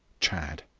chadd.